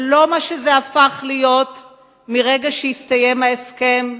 אבל לא מה שזה הפך להיות מרגע שהסתיים ההסכם,